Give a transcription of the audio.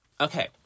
Okay